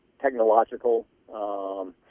technological –